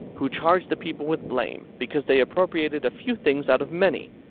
who charge the people with blame, because they appropriated a few things out of many,